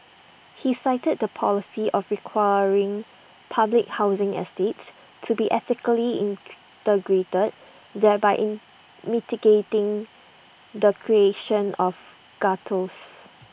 he cited the policy of requiring public housing estates to be ethnically integrated thereby in mitigating the creation of ghettos